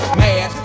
mad